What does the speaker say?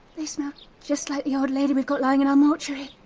they smell just like the old lady we've got lying in our mortuary!